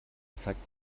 zeigt